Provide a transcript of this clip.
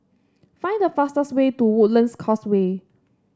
find the fastest way to Woodlands Causeway